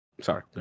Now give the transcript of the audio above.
Sorry